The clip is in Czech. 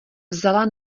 vzala